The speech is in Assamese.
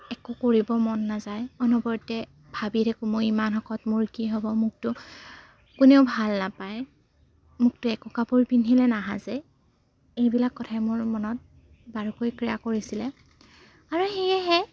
একো কৰিব মন নাযায় অনবৰতে ভাবি থাকোঁ মই ইমান শকত মোৰ কি হ'ব মোকতো কোনেও ভাল নাপায় মোকতো একো কাপোৰ পিন্ধিলে নাসাজে এইবিলাক কথাই মোৰ মনত বাৰুকৈ ক্ৰিয়া কৰিছিলে আৰু সেয়েহে